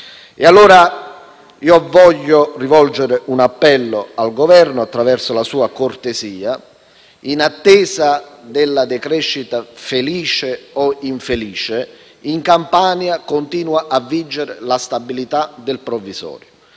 allora rivolgere un appello al Governo, signor Sottosegretario, attraverso la sua cortesia: in attesa della decrescita felice o infelice, in Campania continua a vigere la stabilità del provvisorio.